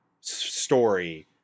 story